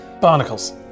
barnacles